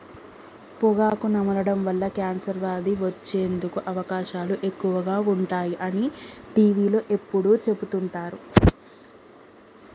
పొగాకు నమలడం వల్ల కాన్సర్ వ్యాధి వచ్చేందుకు అవకాశాలు ఎక్కువగా ఉంటాయి అని టీవీలో ఎప్పుడు చెపుతుంటారు